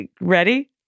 ready